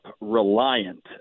reliant